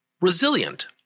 resilient